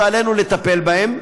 שעלינו לטפל בהם,